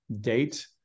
date